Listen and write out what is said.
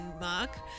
mark